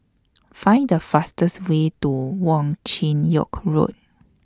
Find The fastest Way to Wong Chin Yoke Road